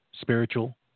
spiritual